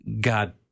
God